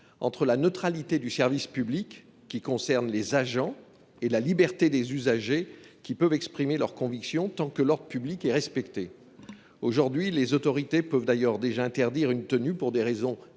entre la neutralité du service public, qui concerne ses agents, et la liberté des usagers, qui peuvent exprimer leurs convictions tant que l’ordre public est respecté. Aujourd’hui, les autorités peuvent d’ailleurs déjà interdire une tenue pour des raisons d’hygiène